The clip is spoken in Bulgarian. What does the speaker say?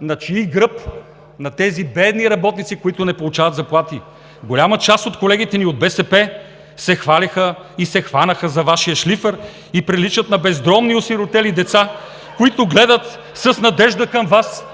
На чий гръб? – На тези бедни работници, които не получават заплати. Голяма част от колегите ни от БСП се хвалеха и се хванаха за Вашия шлифер, и приличат на бездомни, осиротели деца, които гледат с надежда към Вас